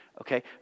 Okay